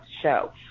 show